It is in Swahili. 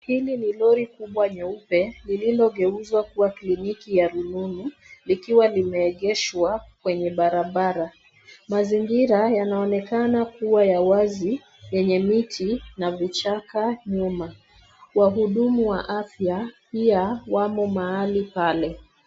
Hili ni lori kubwa nyeupe lililogeuzwa kuwa kliniki ya rununu likiwa limeegeshwa kwenye barabara .Mazingira yanaonekana kuwa ya wazi yenye miti na vichaka nyuma. Wahudumu wa afya pia wako mahali pale.